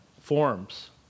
forms